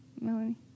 Melanie